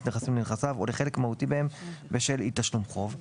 נכסים לנכסיו או לחלק מהותי מהם בשל אי־תשלום חוב;